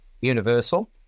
Universal